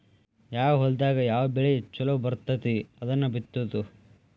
ಯಾವ ಹೊಲದಾಗ ಯಾವ ಬೆಳಿ ಚುಲೊ ಬರ್ತತಿ ಅದನ್ನ ಬಿತ್ತುದು